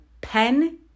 pen